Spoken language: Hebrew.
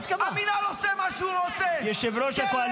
המינהל עושה מה שהוא רוצה, קלנר, אתה יודע